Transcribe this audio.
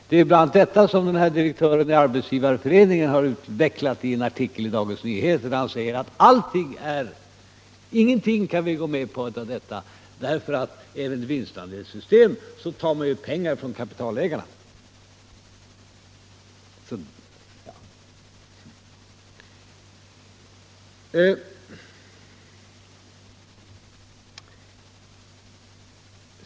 Det är bl.a. detta som en direktör i Arbetsgivareföreningen uttalat i en artikel i Dagens Nyheter, där han säger att man inte heller kan gå med på ett vinstandelssystem därför att även där tar man ju pengar från kapitalägarna.